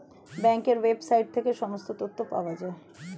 ব্যাঙ্কের ওয়েবসাইট থেকে সমস্ত তথ্য পাওয়া যায়